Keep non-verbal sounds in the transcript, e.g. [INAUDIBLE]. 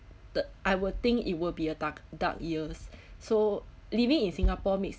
the I will think it will be a dark dark years [BREATH] so living in singapore makes